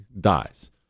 dies